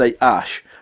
Ash